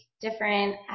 different